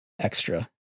extra